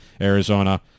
Arizona